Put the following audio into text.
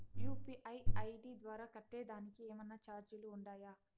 UPI ID ద్వారా కట్టేదానికి ఏమన్నా చార్జీలు ఉండాయా?